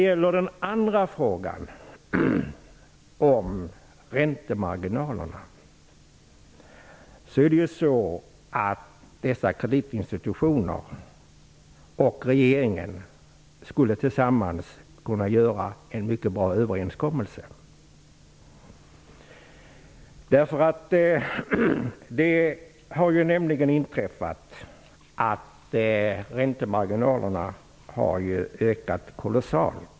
I frågan om räntemarginalerna skulle kreditinstituten och regeringen tillsammans kunna göra en bra överenskommelse. Räntemarginalerna har ju nämligen ökat kolossalt.